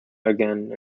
again